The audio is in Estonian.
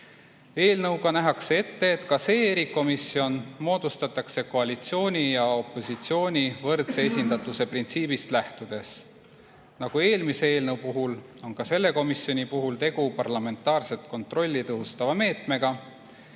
nähakse ette, et ka see erikomisjon moodustatakse koalitsiooni ja opositsiooni võrdse esindatuse printsiibist lähtudes. Nagu eelmise eelnõu puhul, on ka selle komisjoni puhul tegu parlamentaarset kontrolli tõhustava meetmega.